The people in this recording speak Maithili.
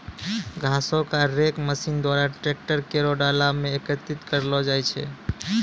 घासो क रेक मसीन द्वारा ट्रैकर केरो डाला म एकत्रित करलो जाय छै